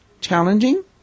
challenging